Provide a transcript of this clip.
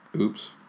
oops